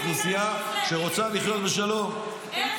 היא אוכלוסייה שרוצה לחיות בשלום -- מה עם המתנחלים?